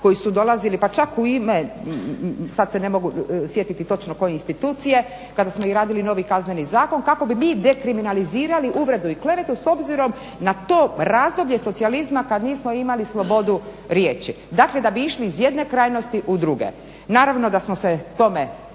koji su dolazili pa čak u ime sad se ne mogu sjetiti točno koje institucije, kada smo i radili novi Kazneni zakon kako bi mi dekriminalizirali uvredu i klevetu s obzirom na to razdoblje socijalizma kad nismo imali slobodu riječi. Dakle, da bi išli iz jedne krajnosti u druge. Naravno da smo se tome